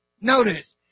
Notice